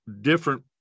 different